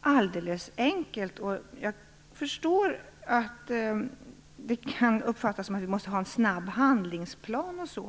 alldeles enkelt, och jag förstår att det kan tyckas som om vi måste ha en snabb handlingsplan osv.